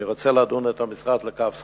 אני רוצה לדון את המשרד לכף זכות,